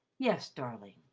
yes, darling.